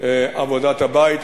לעבודת הבית,